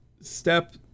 step